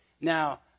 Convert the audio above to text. Now